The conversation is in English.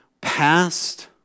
past